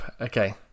okay